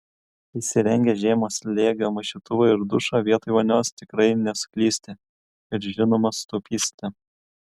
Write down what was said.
įsirengę žemo slėgio maišytuvą ir dušą vietoj vonios tikrai nesuklysite ir žinoma sutaupysite